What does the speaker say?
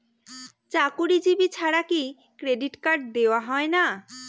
চাকুরীজীবি ছাড়া কি ক্রেডিট কার্ড দেওয়া হয় না?